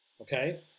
Okay